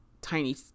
tiny